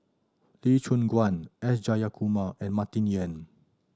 Lee Choon Guan S Jayakumar and Martin Yan